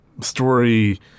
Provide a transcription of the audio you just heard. story